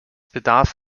bedarf